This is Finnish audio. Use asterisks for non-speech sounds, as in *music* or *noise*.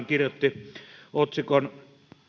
*unintelligible* kirjoitti ainettaan otsikon